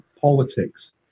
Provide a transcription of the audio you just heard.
politics